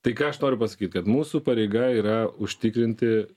tai ką aš noriu pasakyt kad mūsų pareiga yra užtikrinti